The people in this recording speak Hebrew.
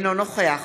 אינו נוכח